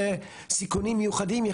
אם יש מנהלת או אין מנהלת,